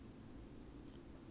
err